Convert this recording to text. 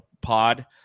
pod